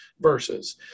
verses